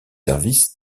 services